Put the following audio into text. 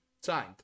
signed